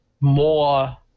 more